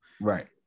Right